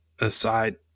aside